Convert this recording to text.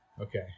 okay